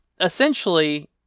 essentially